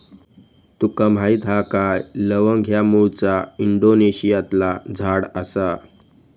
तुका माहीत हा काय लवंग ह्या मूळचा इंडोनेशियातला झाड आसा